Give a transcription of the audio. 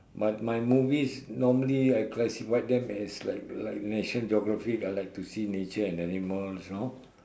but my movies normally I classify them as like like national geography I like to see nature and animals you know